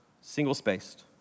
single-spaced